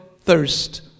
thirst